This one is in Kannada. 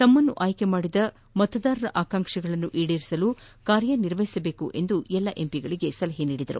ತಮ್ಮನ್ನು ಆಯ್ಲೆ ಮಾಡಿದ ಮತದಾರರ ಆಕಾಂಕ್ಷೆಗಳನ್ನು ಈಡೇರಿಸಲು ಕಾರ್ಯನಿರ್ವಹಿಸಬೇಕು ಎಂದು ಎಲ್ಲಾ ಸಂಸದರಿಗೆ ಸಲಹೆ ನೀಡಿದರು